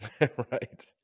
Right